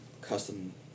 custom